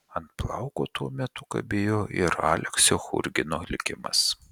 ant plauko tuo metu kabėjo ir aleksio churgino likimas